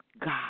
God